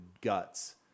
guts